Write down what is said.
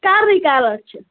کَلرٕے colour چھِ